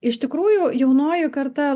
iš tikrųjų jaunoji karta